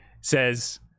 says